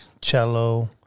Cello